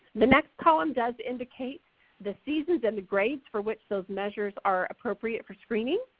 the next column does indicate the seasons and the grades for which those measures are appropriate for screening.